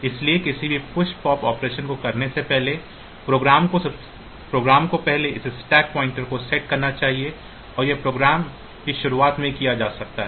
इसलिए किसी भी पुश पॉप ऑपरेशन को करने से पहले प्रोग्राम को पहले इस स्टैक पॉइंटर को सेट करना चाहिए और यह प्रोग्राम की शुरुआत में किया जा सकता है